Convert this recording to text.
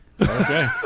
Okay